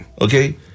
Okay